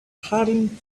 hurrying